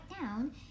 down